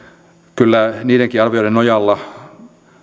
kyllä niidenkin arvioiden nojalla